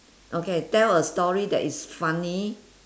okay tell a story that is funny